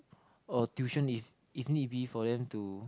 or tuition if if need be for them to